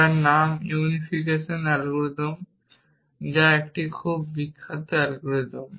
যার নাম unification algorithm যা একটি খুব বিখ্যাত অ্যালগরিদম